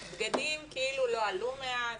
בגדים, כאילו לא עלו מאז.